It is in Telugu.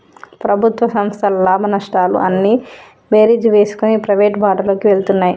ప్రభుత్వ సంస్థల లాభనష్టాలు అన్నీ బేరీజు వేసుకొని ప్రైవేటు బాటలోకి వెళ్తున్నాయి